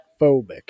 phobic